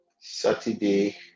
Saturday